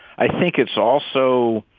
i think it's also